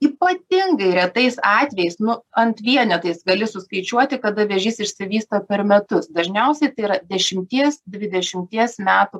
ypatingai retais atvejais nu ant vienetais gali suskaičiuoti kada vėžys išsivysto per metus dažniausiai tai yra dešimties dvidešimties metų